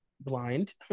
blind